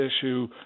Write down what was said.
issue